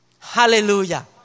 Hallelujah